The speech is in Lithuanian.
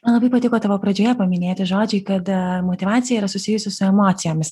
man labai patiko tavo pradžioje paminėti žodžiai kad motyvacija yra susijusi su emocijomis